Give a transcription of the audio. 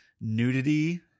Nudity